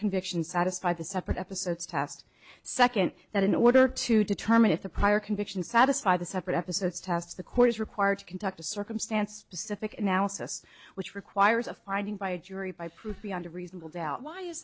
convictions satisfy the separate episodes tast second that in order to determine if the prior conviction satisfy the separate episodes tasks the court is required to conduct a circumstance specific analysis which requires a finding by jury by proof beyond a reasonable doubt why is